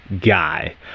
guy